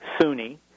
Sunni